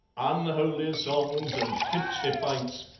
unholy songs and tipsy fights,